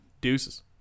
Deuces